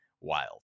wild